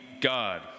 God